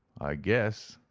i guess,